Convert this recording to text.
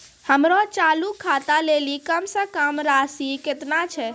हमरो चालू खाता लेली कम से कम राशि केतना छै?